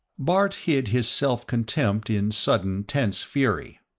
bart hid his self-contempt in sudden, tense fury.